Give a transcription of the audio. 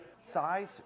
Size